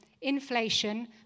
inflation